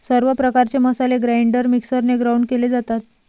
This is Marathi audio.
सर्व प्रकारचे मसाले ग्राइंडर मिक्सरने ग्राउंड केले जातात